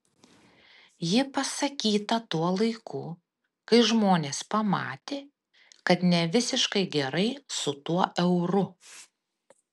ji pasakyta tuo laiku kai žmonės pamatė kad ne visiškai gerai su tuo euru